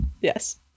Yes